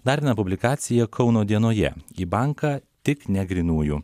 dar viena publikacija kauno dienoje į banką tik ne grynųjų